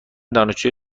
دانشجوی